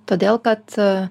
todėl kad